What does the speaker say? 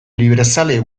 librezale